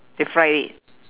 they fried it